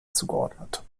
zugeordnet